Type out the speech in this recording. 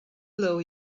blow